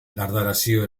dardarizoa